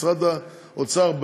משרד האוצר,